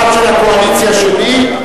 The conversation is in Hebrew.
אחת של הקואליציה שלי,